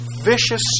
vicious